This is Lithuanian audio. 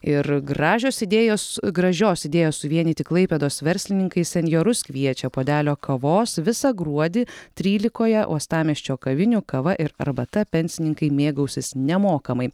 ir gražios idėjos gražios idėjos suvienyti klaipėdos verslininkai senjorus kviečia puodelio kavos visą gruodį trylikoje uostamiesčio kavinių kava ir arbata pensininkai mėgausis nemokamai